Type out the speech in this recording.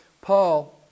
Paul